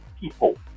people